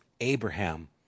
Abraham